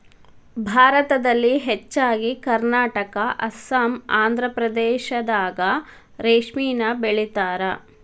ಭಾರತದಲ್ಲಿ ಹೆಚ್ಚಾಗಿ ಕರ್ನಾಟಕಾ ಅಸ್ಸಾಂ ಆಂದ್ರಪ್ರದೇಶದಾಗ ರೇಶ್ಮಿನ ಬೆಳಿತಾರ